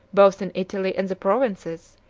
both in italy and the provinces,